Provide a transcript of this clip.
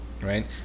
right